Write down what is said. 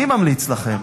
אני ממליץ לכם,